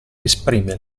esprime